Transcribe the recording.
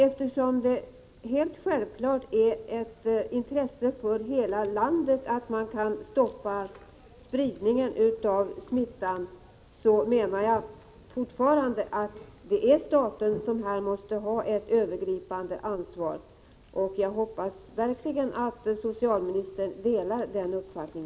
Eftersom det självfallet är ett intresse för hela landet att vi kan stoppa spridningen av smittan menar jag fortfarande att det är staten som här måste ha ett övergripande ansvar. Jag hoppas verkligen att socialministern delar denna min uppfattning.